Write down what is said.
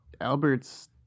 Albert's